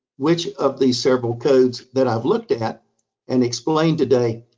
which of these several codes that i've looked at and explained today,